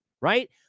right